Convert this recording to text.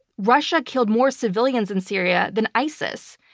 russia killed more civilians in syria than isis.